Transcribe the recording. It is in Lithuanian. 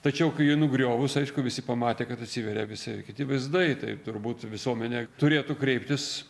tačiau kai jį nugriovus aišku visi pamatė kad atsiveria visai kiti vaizdai tai turbūt visuomenė turėtų kreiptis